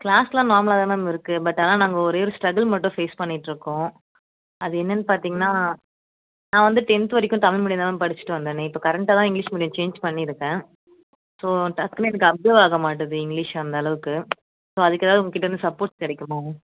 க்ளாஸெலாம் நார்மலாக தான் மேம் இருக்குது பட் ஆனால் நாங்கள் ஒரே ஒரு ஸ்ட்ரகல் மட்டும் ஃபேஸ் பண்ணிகிட்ருக்கோம் அது என்னென்னு பார்த்தீங்கன்னா நான் வந்து டென்த் வரைக்கும் தமிழ் மீடியம் தான் மேம் படிச்சுட்டு வந்தேனே இப்போ கரண்டாக தான் இங்கிலீஷ் மீடியம் சேன்ஜ் பண்ணி இருக்கேன் ஸோ டக்குனு எனக்கு அப்சர்வ் ஆகமாட்டுது இங்கிலீஷ் அந்த அளவுக்கு ஸோ அதுக்கு ஏதாவது உங்கள் கிட்டே இருந்து சப்போர்ட் கிடைக்குமா மேம்